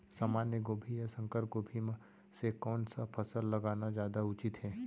सामान्य गोभी या संकर गोभी म से कोन स फसल लगाना जादा उचित हे?